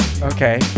Okay